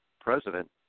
president